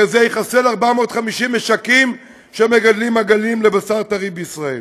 הרי זה יחסל 450 משקים שמגדלים עגלים לבשר טרי בישראל,